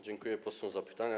Dziękuję posłom za pytania.